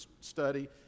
study